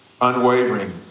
unwavering